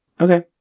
Okay